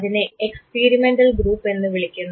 അതിനെ experimental group എന്ന് വിളിക്കുന്നു